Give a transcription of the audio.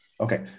Okay